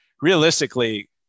realistically